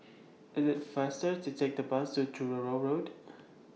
IT IS faster to Take The Bus to Truro Road